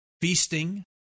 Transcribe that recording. feasting